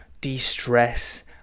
de-stress